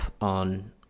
on